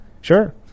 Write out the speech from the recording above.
sure